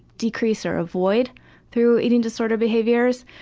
decrease or avoid through eating disorder behaviors,